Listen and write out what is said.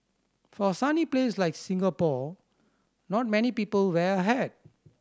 for a sunny place like Singapore not many people wear a hat